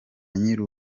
nyiri